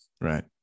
Right